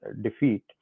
defeat